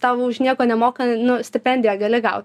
tau už nieko nemoka nu stipendiją gali gaut